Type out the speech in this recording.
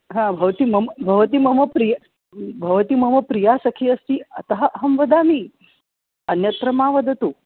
हा भवती मम भवती मम प्रिया भवती मम प्रिया सखी अस्ति अतः अहं वदामि अन्यत्र मा वदतु